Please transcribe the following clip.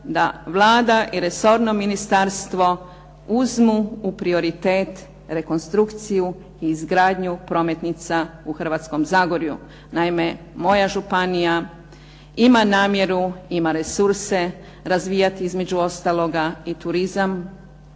da Vlada i resorno ministarstvo uzmu u prioritet rekonstrukciju i izgradnju prometnica u Hrvatskom zagorju. Naime, moja županija ima namjeru, ima resurse razvijati između ostaloga i turizam